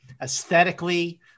aesthetically